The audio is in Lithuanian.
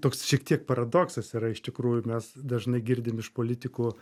toks šiek tiek paradoksas yra iš tikrųjų mes dažnai girdim iš politikų